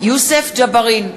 יוסף ג'בארין,